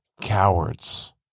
cowards